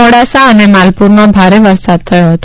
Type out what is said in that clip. મોડાસા અને માલપુરમાં ભારે વરસાદ થયો હતો